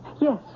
Yes